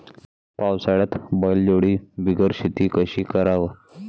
पावसाळ्यात बैलजोडी बिगर शेती कशी कराव?